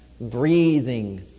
breathing